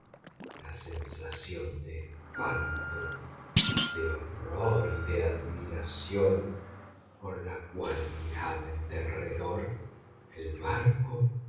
la sensación de espanto de horror y admiración con la cual miraba en derredor el barco